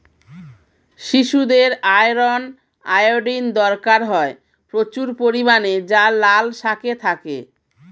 শিশুদের iron, iodine দরকার হয় প্রচুর পরিমাণে যা লাল শাকে থাকে